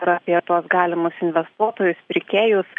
ir apie tuos galimus investuotojus pirkėjus